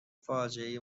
فاجعهای